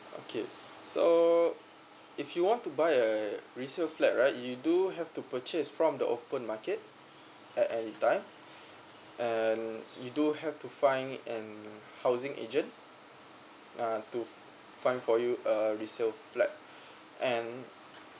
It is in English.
okay so if you want to buy a resale flat right you do have to purchase from the open market at any time and we do have to find an housing agent ya to find for you a resale flat and